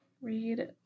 read